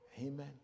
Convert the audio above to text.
Amen